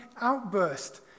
outburst